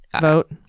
Vote